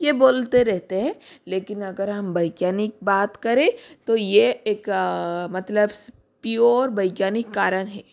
ये बोलते रहते हैं लेकिन अगर हम वैज्ञानिक बात करें तो ये एक मतलब पियोर वैज्ञानिक कारण है